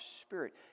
spirit